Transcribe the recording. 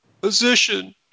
position